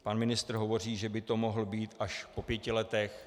Pan ministr hovoří, že by to mohlo být až po pěti letech.